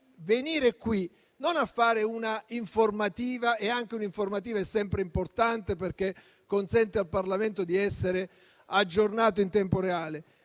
venire qui non a fare un'informativa, che è tuttavia sempre importante, perché consente al Parlamento di essere aggiornato in tempo reale.